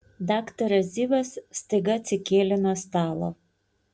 daktaras zivas staiga atsikėlė nuo stalo